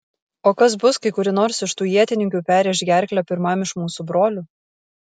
o kas bus kai kuri nors iš tų ietininkių perrėš gerklę pirmam iš mūsų brolių